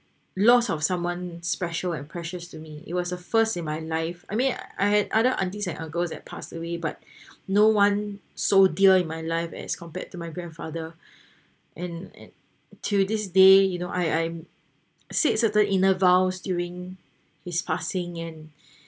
lost of someone special and precious to me it was a first in my life I mean I had other aunties and uncles that passed away but no one so dear in my life as compared to my grandfather and and till this day you know I I'm said certain inner vows during his passing and